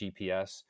GPS